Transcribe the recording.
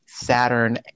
Saturn